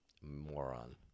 moron